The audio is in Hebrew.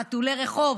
חתולי רחוב,